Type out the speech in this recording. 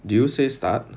did you say start